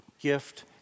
gift